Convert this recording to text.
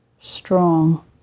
strong